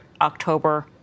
October